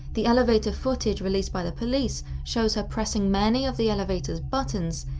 the elevator footage released by the police shows her pressing many of the elevator's buttons,